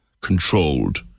controlled